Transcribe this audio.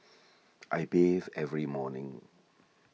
I bathe every morning